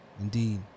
indeed